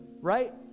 right